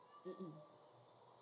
um um